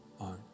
own